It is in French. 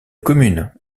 commune